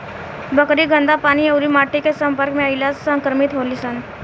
बकरी गन्दा पानी अउरी माटी के सम्पर्क में अईला से संक्रमित होली सन